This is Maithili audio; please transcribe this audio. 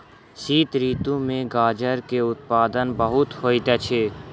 शीत ऋतू में गाजर के उत्पादन बहुत होइत अछि